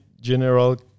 General